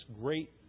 great